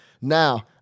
Now